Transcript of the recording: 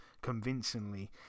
convincingly